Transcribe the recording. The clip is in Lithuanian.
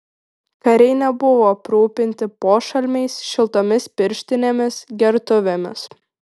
kariai nebuvo aprūpinti pošalmiais šiltomis pirštinėmis gertuvėmis